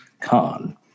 Khan